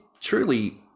truly